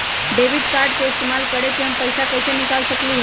Debit card के इस्तेमाल करके हम पैईसा कईसे निकाल सकलि ह?